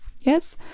yes